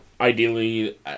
ideally